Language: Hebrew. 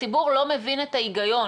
הציבור לא מבין את ההיגיון,